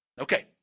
Okay